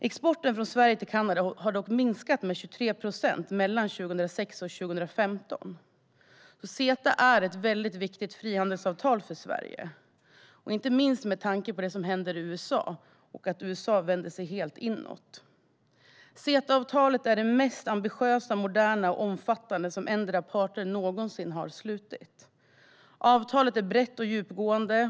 Exporten från Sverige till Kanada minskade dock med 23 procent mellan 2006 och 2015. CETA är därför ett viktigt frihandelsavtal för Sverige, inte minst med tanke på att USA nu vänder sig inåt. CETA-avtalet är det mest ambitiösa, moderna och omfattande avtal som endera av parterna någonsin har slutit. Avtalet är brett och djupgående.